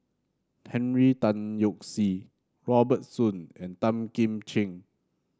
Henry Tan Yoke See Robert Soon and Tan Kim Ching